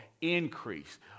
increase